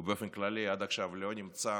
ובאופן כללי עד עכשיו לא נמצא